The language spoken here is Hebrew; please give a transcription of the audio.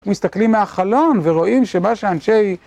מסתכלים מהחלון ורואים שמה שאנשי...